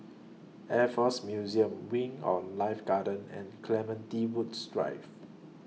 Air Force Museum Wing on Life Garden and Clementi Woods Drive